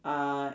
uh